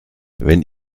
wenn